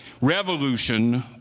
Revolution